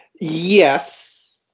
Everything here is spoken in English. Yes